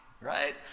Right